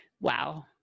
Wow